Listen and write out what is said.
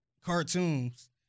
cartoons